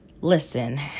listen